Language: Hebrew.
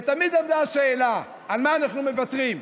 ותמיד עלתה השאלה: על מה אנחנו מוותרים,